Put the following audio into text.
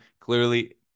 clearly